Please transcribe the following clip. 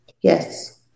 Yes